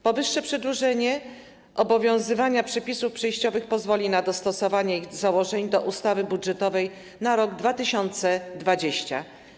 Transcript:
Powyższe przedłużenie obowiązywania przepisów przejściowych pozwoli na dostosowanie ich do założeń ustawy budżetowej na rok 2020.